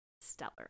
stellar